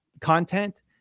content